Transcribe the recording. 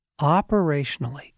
operationally